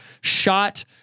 Shot